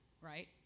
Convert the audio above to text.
right